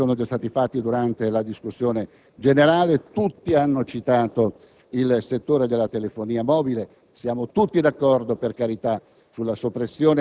Gli esempi sono stati fatti durante la discussione generale. Tutti hanno citato il settore della telefonia mobile. Siamo tutti d'accordo sulla